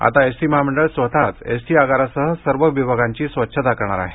आता एसटी महामंडळ स्वतःच एसटीआगारासह सर्व विभागांची स्वच्छता करणार आहे